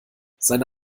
seine